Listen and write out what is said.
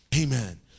Amen